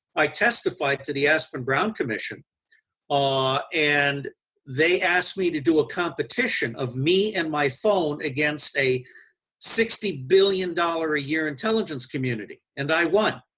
i testified to the aspin-brown commission ah and they asked me to do a competition of me and my phone against a sixty billion dollar a year intelligence community, and i won.